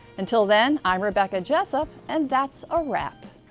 until then i'm rebecca jessop and that's a wrap.